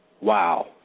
wow